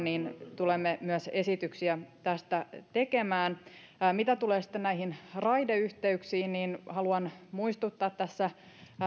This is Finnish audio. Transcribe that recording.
niin tulemme myös esityksiä tästä tekemään mitä tulee sitten näihin raideyhteyksiin niin haluan muistuttaa tässä